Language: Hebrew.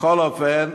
בכל אופן,